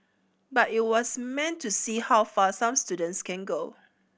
but it was meant to see how far some students can go